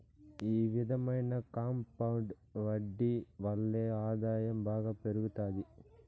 ఈ విధమైన కాంపౌండ్ వడ్డీ వల్లే ఆదాయం బాగా పెరుగుతాది